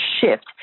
shift